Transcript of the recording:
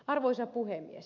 arvoisa puhemies